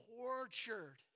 tortured